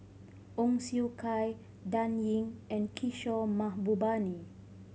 Ong Siong Kai Dan Ying and Kishore Mahbubani